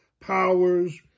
powers